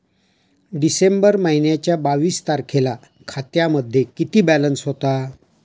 डिसेंबर महिन्याच्या बावीस तारखेला खात्यामध्ये किती बॅलन्स होता?